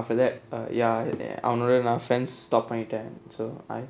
after that err ya அவனோட நான்:avanoda naan friends stop பண்ணிட்டேன்:pannittaen so I